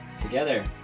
together